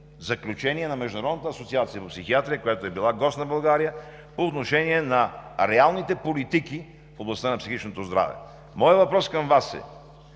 заключения на Международната асоциация по психиатрия, която е била гост на България по отношение на реалните политики в областта на психичното здраве. Моят въпрос към Вас е: